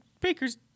bakers